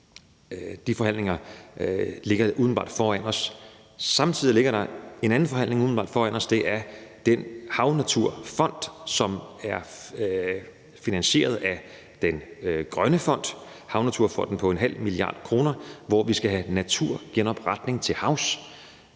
De forhandlinger ligger umiddelbart foran os. Samtidig ligger der en anden forhandling umiddelbart foran os, og det er om den havnaturfond, som er finansieret af Grøn Fond, på 0,5 mia. kr., hvor vi skal have naturgenopretning til havs,